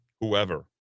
Whoever